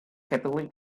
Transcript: typically